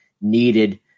needed